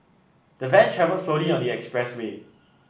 the van travelled slowly on the express way